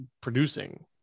producing